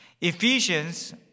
Ephesians